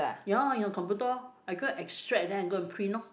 ya your computer loh I go and extract then I go and print loh